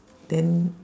then